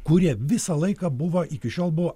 kurie visą laiką buvo iki šiol buvo